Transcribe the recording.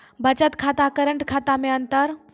बचत खाता करेंट खाता मे अंतर?